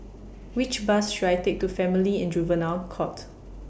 Which Bus should I Take to Family and Juvenile Court